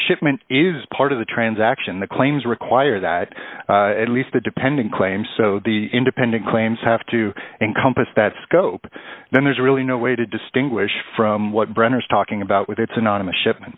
shipment is part of the transaction the claims require that at least the dependent claims so the independent claims have to encompass that scope then there's really no way to distinguish from what brenner's talking about with its anonymous ship